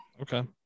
Okay